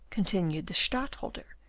continued the stadtholder,